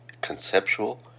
conceptual